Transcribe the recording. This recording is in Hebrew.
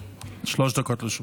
שלוש דקות לרשותך.